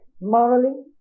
morally